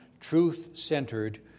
Truth-centered